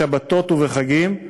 בשבתות ובחגים,